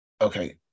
Okay